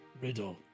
Riddle